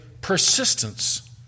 persistence